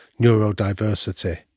neurodiversity